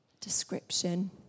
description